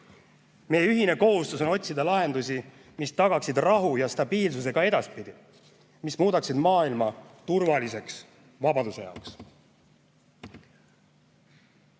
Meie ühine kohustus on otsida lahendusi, mis tagaksid rahu ja stabiilsuse ka edaspidi, mis muudaksid maailma turvaliseks ja vabaks.